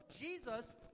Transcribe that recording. jesus